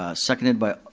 ah seconded by